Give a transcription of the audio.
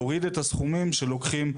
יוריד את הסכומים שלוקחים,